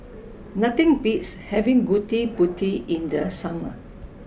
nothing beats having gudeg putih in the summer